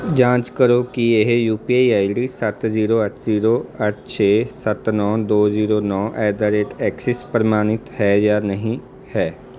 ਜਾਂਚ ਕਰੋ ਕਿ ਇਹ U P I I D ਸੱਤ ਜੀਰੋ ਅੱਠ ਜੀਰੋ ਅੱਠ ਛੇ ਸੱਤ ਨੌਂ ਦੋ ਜੀਰੋ ਨੌਂ ਐਟ ਦ ਰੇਟ ਐਕਸਿਸ ਪ੍ਰਮਾਣਿਤ ਹੈ ਜਾਂ ਨਹੀਂ ਹੈ